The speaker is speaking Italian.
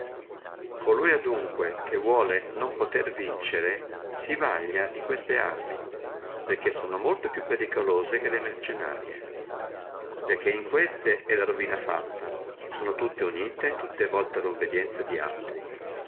onde a olui adunque che vuole non potere vincere si vaglia di queste arme perché sono molto più pericolose che le mercennarie perché in queste è la ruina fatta sono tutte unite tutte volte alla obedienza di altri